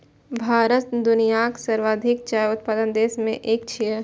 भारत दुनियाक सर्वाधिक चाय उत्पादक देश मे सं एक छियै